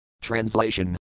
Translation